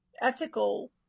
ethical